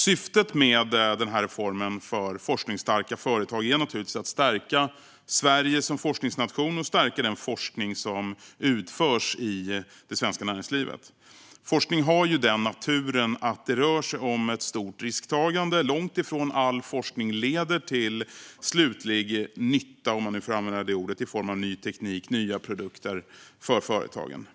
Syftet med denna reform för forskningsstarka företag är naturligtvis att stärka Sverige som forskningsnation och stärka den forskning som utförs i det svenska näringslivet. Forskning har ju den naturen att det rör sig om ett stort risktagande. Långt ifrån all forskning leder till slutlig nytta, om man nu får använda det ordet, i form av ny teknik och nya produkter för företagen.